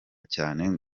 cyane